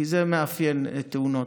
כי זה מאפיין תאונות.